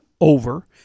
over